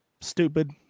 Stupid